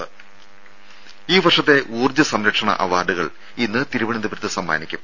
ദ്ദേ ഈ വർഷത്തെ ഊർജ്ജ സംരക്ഷണ അവാർഡുകൾ ഇന്ന് തിരുവനന്തപുരത്ത് സമ്മാനിക്കും